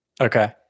Okay